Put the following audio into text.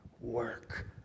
work